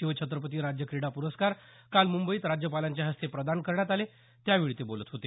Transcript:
शिवछत्रपती राज्य क्रीडा प्रस्कार काल मुंबईत राज्यपालांच्या हस्ते प्रदान करण्यात आले त्यावेळी ते बोलत होते